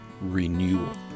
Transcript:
Renewal